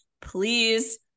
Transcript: please